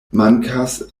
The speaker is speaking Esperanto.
mankas